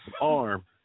arm